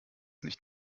nicht